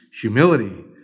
humility